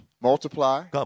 multiply